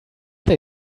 they